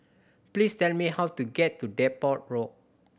please tell me how to get to Depot Walk